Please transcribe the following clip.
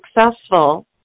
successful